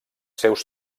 seus